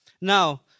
Now